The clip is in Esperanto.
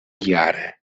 jare